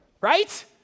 right